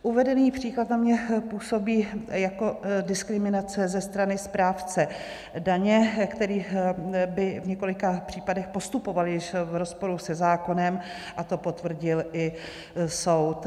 Uvedený příklad za mě působí jako diskriminace ze strany správce daně, který by v několika případech postupoval již v rozporu se zákonem, a to potvrdil i soud.